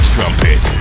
Trumpet